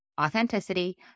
authenticity